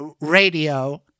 radio